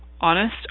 honest